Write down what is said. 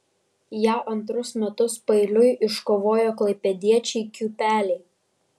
ją antrus metus paeiliui iškovojo klaipėdiečiai kiūpeliai